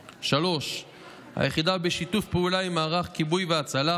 3. היחידה, בשיתוף עם מערך הכיבוי וההצלה,